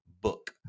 book